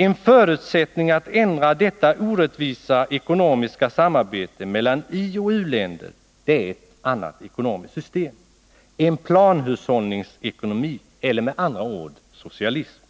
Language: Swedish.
En förutsättning för att ändra det orättvisa ekonomiska samarbetet mellan ioch u-länder är ett annat ekonomiskt system, en planhushållningsekonomi eller med andra ord socialism.